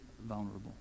vulnerable